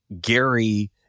Gary